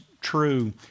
true